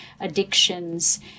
addictions